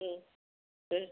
उम दे